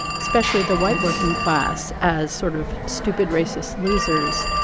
especially the white working class, as sort of stupid, racist losers.